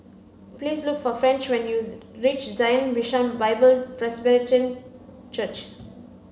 please look for French when you reach Zion Bishan Bible Presbyterian Church